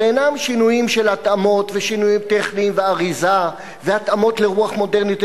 שאינם שינויים של התאמות ושינויים טכניים ואריזה והתאמות לרוח מודרנית,